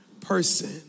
person